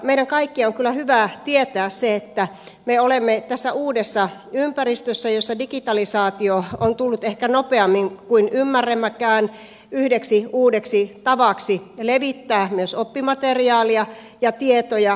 meidän kaikkien on kyllä hyvä tietää se että me olemme uudessa ympäristössä jossa digitalisaatio on tullut ehkä nopeammin kuin ymmärrämmekään yhdeksi uudeksi tavaksi levittää myös oppimateriaalia ja tietoa